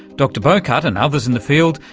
dr bowcutt, and others in the field,